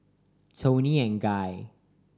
Toni and Guy